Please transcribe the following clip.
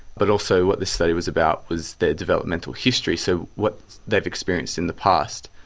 but also what this study was about was their developmental history, so what they have experienced in the past.